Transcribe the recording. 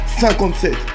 57